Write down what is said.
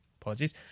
Apologies